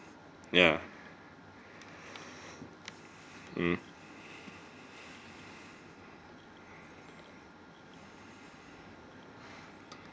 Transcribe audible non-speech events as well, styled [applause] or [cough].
ya [breath] mm